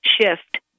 Shift